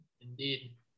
indeed